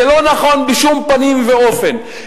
זה לא נכון בשום פנים ואופן,